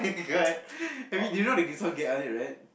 [oh]-my-god I mean do you know the song get get on it right